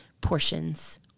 portions